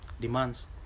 demands